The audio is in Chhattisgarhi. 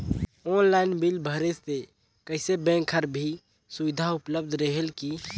ऑनलाइन बिल भरे से कइसे बैंक कर भी सुविधा उपलब्ध रेहेल की?